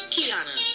Kiana